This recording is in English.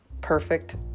perfect